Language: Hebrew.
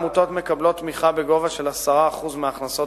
העמותות מקבלות תמיכה בגובה 10% מההכנסות